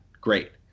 great